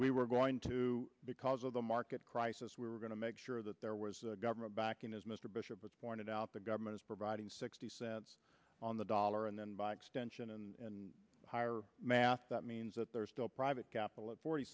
we were going to because of the market crisis we were going to make sure that there was government backing as mr bishop pointed out the government is providing sixty cents on the dollar and then by extension and higher math that means that there's still private capital at forty